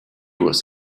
was